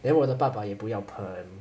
then 我的爸爸也不要还